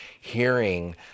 hearing